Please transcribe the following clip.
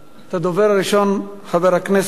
את הדובר הראשון, חבר הכנסת